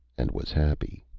and was happy.